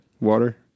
water